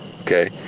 okay